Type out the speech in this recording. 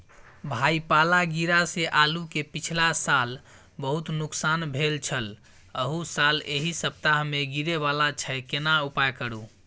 भाई पाला गिरा से आलू के पिछला साल बहुत नुकसान भेल छल अहू साल एहि सप्ताह में गिरे वाला छैय केना उपाय करू?